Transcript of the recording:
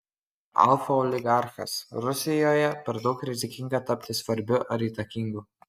alfa oligarchas rusijoje per daug rizikinga tapti svarbiu ar įtakingu